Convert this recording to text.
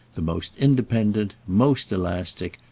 the most independent, most elastic,